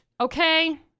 okay